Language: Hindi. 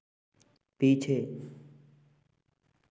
पीछे